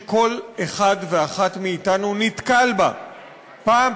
שכל אחד ואחת מאתנו נתקל בה פעם,